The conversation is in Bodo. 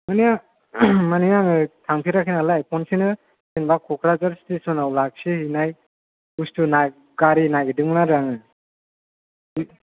मानि मानि आङो थांफेराखै नालाय खनसेनो जेनेबा क'क्राझार स्टेसनाव लाखिहैनाय बुस्थु गारि नागेरदोंमोन आरो आङो बि